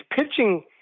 pitching